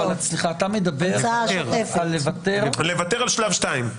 סליחה, אתה מדבר על לוותר על שלב שתיים.